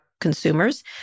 Consumers